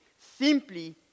Simply